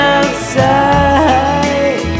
Outside